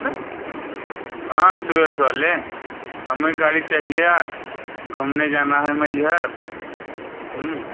हाँ टुवेल्स वाले हमें गाड़ी चाहिए यार घुमने जाना है मैहर